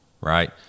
right